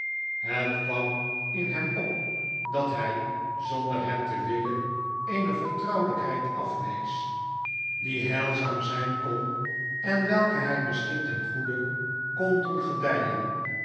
het kwam in hem op dat hij zonder het te willen eene vertrouwelykheid aftvees die heilzaam zyn kon en welke hy misschien ten goede kon doen gedyen